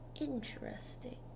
Interesting